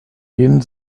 jeden